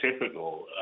typical